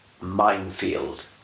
minefield